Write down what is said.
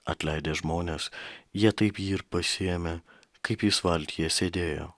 atleidę žmonės jie taip jį ir pasiėmė kaip jis valtyje sėdėjo